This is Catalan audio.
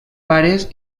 pares